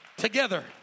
Together